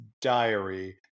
diary